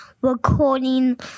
recording